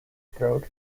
throat